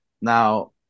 Now